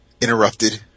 interrupted